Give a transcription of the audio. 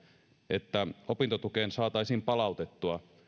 että opintotukeen saataisiin palautettua